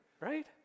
right